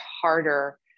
harder